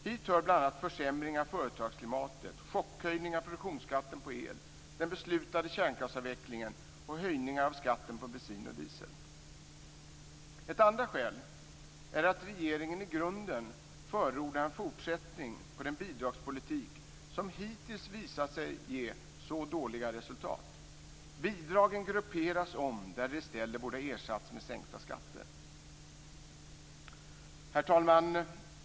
Hit hör bl.a. försämringarna av företagsklimatet, chockhöjningen av produktionsskatten på el, den beslutade kärnkraftsavvecklingen och höjningen av skatten på bensin och diesel. Ett andra skäl är att regeringen i grunden förordar en fortsättning på den bidragspolitik som hittills visat sig ge så dåliga resultat. Bidragen grupperas om där de i stället borde ha ersatts med sänkta skatter. Herr talman!